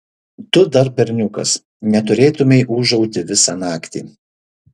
tu dar berniukas neturėtumei ūžauti visą naktį